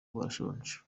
barashonje